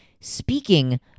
speaking